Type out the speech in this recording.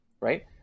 right